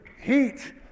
heat